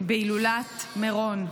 בהילולת במירון.